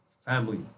family